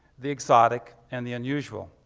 the exotic, and the unusual.